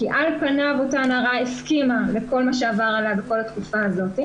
כי על פניו אותה נערה הסכימה לכל מה שעבר עליה בכל התקופה הזאת,